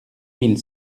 mille